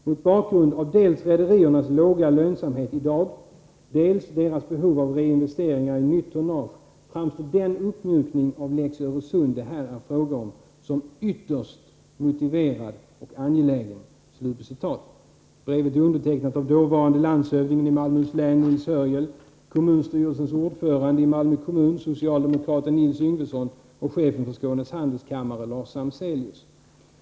Mot bakgrund av dels rederiernas låga lönsamhet i dag, dels deras behov av reinvesteringar i nytt tonnage framstår den uppmjukning av ”Lex Öresund” det här är fråga om som ytterst motiverad och angelägen.” Brevet är undertecknat av dåvarande landshövdingen i Malmöhus län Nils Hörjel, kommunstyrelsens ordförande i Malmö kommun socialdemokraten Nils Yngvesson och chefen för Skånes handelskammare Lars Samzelius.